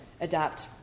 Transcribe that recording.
adapt